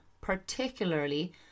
particularly